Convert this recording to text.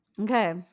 Okay